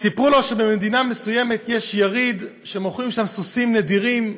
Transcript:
סיפרו לו שבמדינה מסוימת יש יריד שמוכרים בו סוסים נדירים,